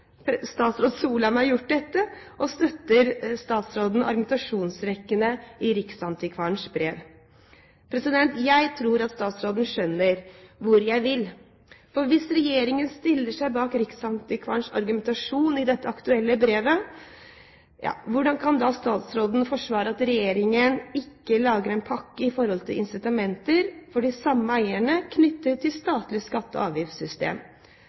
og støtter statsråden argumentasjonsrekkene i riksantikvarens brev? Jeg tror statsråden skjønner hvor jeg vil, for hvis regjeringen stiller seg bak riksantikvarens argumentasjon i dette aktuelle brevet – hvordan kan statsråden da forsvare at regjeringen ikke lager en pakke med incitamenter for de samme eierne knyttet til det statlige skatte- og